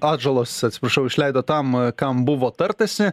atžalos atsiprašau išleido tam kam buvo tartasi